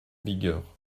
vigueur